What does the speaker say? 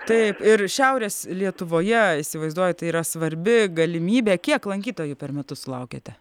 taip ir šiaurės lietuvoje įsivaizduoju tai yra svarbi galimybė kiek lankytojų per metus sulaukiate